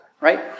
right